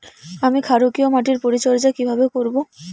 আমি ক্ষারকীয় মাটির পরিচর্যা কিভাবে করব?